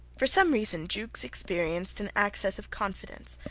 for some reason jukes experienced an access of confidence,